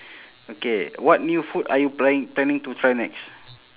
okay what new food are you planning planning to try next